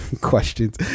questions